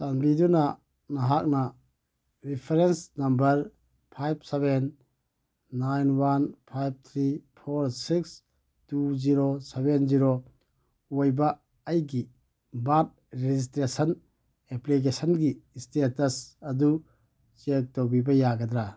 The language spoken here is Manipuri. ꯆꯥꯟꯕꯤꯗꯨꯅ ꯅꯍꯥꯛꯅ ꯔꯤꯐ꯭ꯔꯦꯟꯁ ꯅꯝꯕꯔ ꯐꯥꯏꯕ ꯁꯕꯦꯟ ꯅꯥꯏꯟ ꯋꯥꯟ ꯐꯥꯏꯕ three four six two zero seven zero ꯑꯣꯏꯕ ꯑꯩꯒꯤ ꯕꯥꯔꯠ ꯔꯦꯖꯤꯁꯇ꯭ꯔꯦꯁꯟ ꯑꯦꯄ꯭ꯂꯤꯀꯦꯁꯟꯒꯤ ꯁ꯭ꯇꯦꯇꯁ ꯑꯗꯨ ꯆꯦꯛ ꯇꯧꯕꯤꯕ ꯌꯥꯒꯗ꯭ꯔꯥ